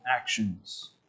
actions